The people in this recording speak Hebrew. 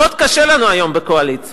מאוד קשה לנו היום בקואליציה.